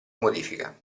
modifica